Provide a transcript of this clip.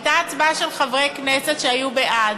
הייתה הצבעה של חברי כנסת, שהיו בעד,